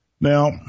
Now